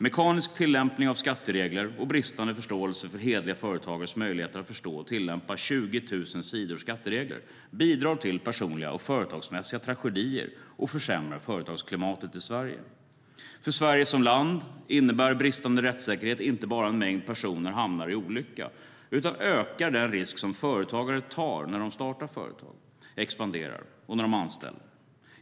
Mekanisk tillämpning av skatteregler och bristande förståelse för hederliga företagares möjligheter att förstå och tillämpa 20 000 sidor skatteregler bidrar till personliga och företagsmässiga tragedier och försämrar företagsklimatet i Sverige. För Sverige som land innebär bristande rättssäkerhet inte bara att en mängd personer hamnar i olycka, utan det ökar den risk företagare tar då de startar företag, expanderar och anställer.